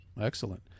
excellent